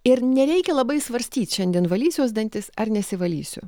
ir nereikia labai svarstyt šiandien valysiuos dantis ar nesivalysiu